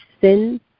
sin